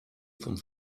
vom